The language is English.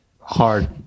hard